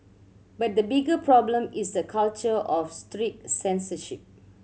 but the bigger problem is the culture of strict censorship